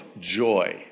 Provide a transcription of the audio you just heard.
joy